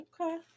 okay